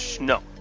No